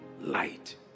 light